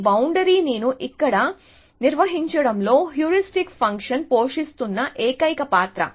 ఈ బౌండరీ నిను ఇక్కడ నిర్వచించడంలో హ్యూరిస్టిక్ ఫంక్షన్ పోషిస్తున్న ఏకైక పాత్ర